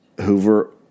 Hoover